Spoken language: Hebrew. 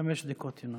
חמש דקות, ינון.